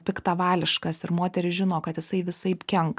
piktavališkas ir moterys žino kad jisai visaip